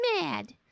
mad